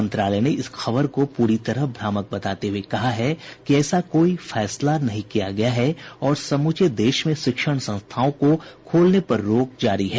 मंत्रालय ने इस खबर को पूरी तरह भ्रामक बताते हुए कहा है कि ऐसा कोई फैसला नहीं किया गया है और समूचे देश में शिक्षण संस्थानों को खोलने पर रोक जारी है